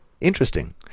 Interesting